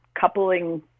coupling